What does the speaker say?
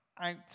out